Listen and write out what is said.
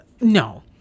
no